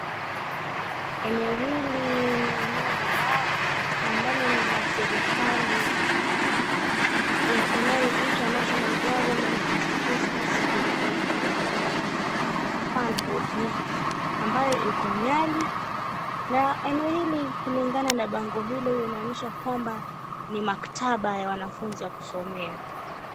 Eneo hili ni eneo ambalo ni la serikali, inayoitwa, National Government Constituencies Development Fund Board . Ambayo iko Nyali, na eneo hili kulingana na bango hilo, linaonyesha kwamba ni maktaba ya wanafunzi ya kusomea.